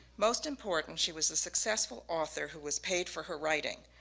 most importantly she was a successful author who was paid for her writing.